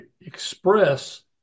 express